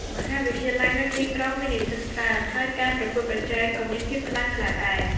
មហាវិទ្យាល័យនៅទីក្រុងមាននិស្សិតច្រើន ហើយការប្រកួតប្រជែងក៏មានភាពខ្លាំងក្លាដែរ។